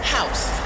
House